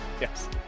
Yes